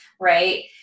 right